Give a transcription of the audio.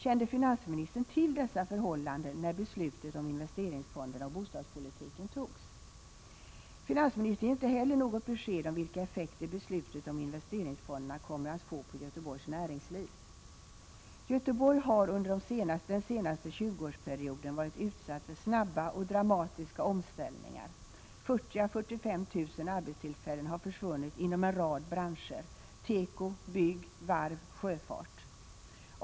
Kände finansministern till dessa förhållanden när beslutet om investeringsfonderna och bostadspolitiken togs? Finansministern ger inte heller något besked om vilka effekter beslutet om investeringsfonderna kommer att få på Göteborgs näringsliv. 63 Göteborg har under den senaste 20-årsperioden varit utsatt för snabba och dramatiska omställningar. 40 000-45 000 arbetstillfällen har försvunnit inom en rad branscher — teko, bygg, varv, sjöfart.